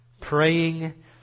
Praying